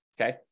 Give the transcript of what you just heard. okay